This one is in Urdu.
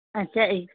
اچھا جی